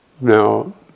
Now